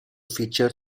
feature